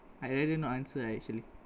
I rather not answer ah actually